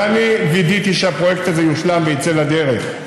ואני וידאתי שהפרויקט הזה יושלם ויצא לדרך,